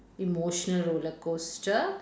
emotional roller coaster